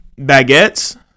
baguettes